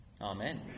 Amen